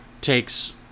takes